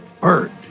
Bird